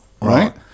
right